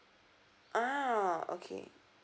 ah okay